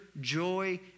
joy